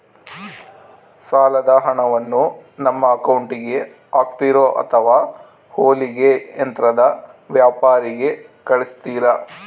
ಸಾಲದ ಹಣವನ್ನು ನಮ್ಮ ಅಕೌಂಟಿಗೆ ಹಾಕ್ತಿರೋ ಅಥವಾ ಹೊಲಿಗೆ ಯಂತ್ರದ ವ್ಯಾಪಾರಿಗೆ ಕಳಿಸ್ತಿರಾ?